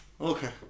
okay